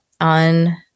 on